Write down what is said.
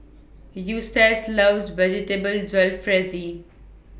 Eustace loves Vegetable Jalfrezi